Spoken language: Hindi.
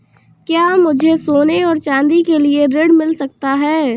क्या मुझे सोने और चाँदी के लिए ऋण मिल सकता है?